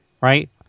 right